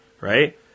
right